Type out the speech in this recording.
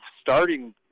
starting